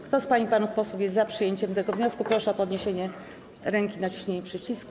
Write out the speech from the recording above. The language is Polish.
Kto z pań i panów posłów jest za przyjęciem tego wniosku, proszę o podniesienie ręki i naciśnięcie przycisku.